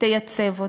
תייצב אותה,